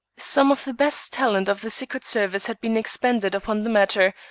some of the best talent of the secret service had been expended upon the matter,